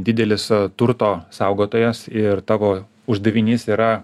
didelis turto saugotojas ir tavo uždavinys yra